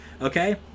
okay